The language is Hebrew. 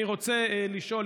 אני רוצה לשאול,